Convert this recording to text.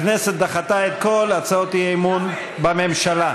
הכנסת דחתה את כל הצעות האי-אמון בממשלה.